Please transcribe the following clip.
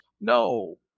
No